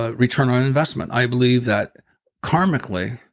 ah return on investment. i believe that karmically,